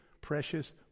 precious